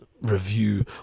review